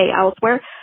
elsewhere